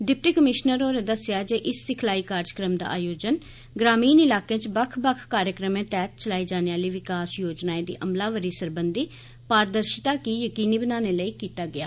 deputy commissioner होरें दस्सेआ जे इस सिखलाई कारजक्रम दा आयोजन ग्रामीण इलाकें च बक्ख बक्ख कार्यक्रमें तैह्त चलाई जाने आली विकास योजनाएं दी अमलावरी सरबंधी पारदर्शिता गी यकीनी बनाने लेई कीत्ता गेआ